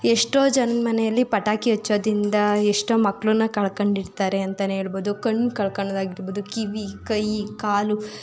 ಎಷ್ಟೋ ಜನ ಮನೆಯಲ್ಲಿ ಪಟಾಕಿ ಹಚ್ಚೋದಿಂದ ಎಷ್ಟೋ ಮಕ್ಕಳನ್ನ ಕಳ್ಕಂಡಿರ್ತಾರೆ ಅಂತಲೇ ಹೇಳ್ಬೋದು ಕಣ್ಣು ಕಳ್ಕಣೋದಾಗಿರ್ಬೋದು ಕಿವಿ ಕೈ ಕಾಲು